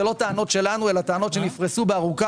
זה לא טענות שלנו אלא טענות שנפרסו בארוכה